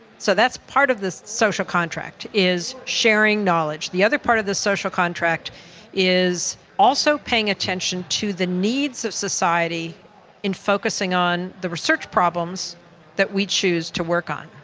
so that's part of the social contract, is sharing knowledge. the other part of the social contract is also paying attention to the needs of society in focusing on the research problems that we choose to work on.